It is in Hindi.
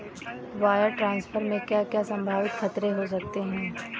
वायर ट्रांसफर में क्या क्या संभावित खतरे हो सकते हैं?